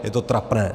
Je to trapné!